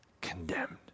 condemned